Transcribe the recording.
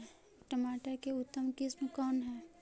टमाटर के उतम किस्म कौन है?